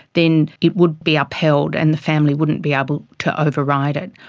then it would be upheld and the family wouldn't be able to override it.